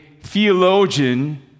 theologian